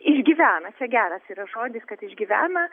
išgyvena čia geras yra žodis kad išgyvena